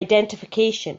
identification